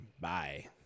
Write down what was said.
Bye